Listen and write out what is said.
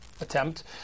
attempt